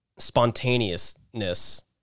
Spontaneousness